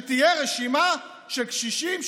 שתהיה רשימה של קשישים,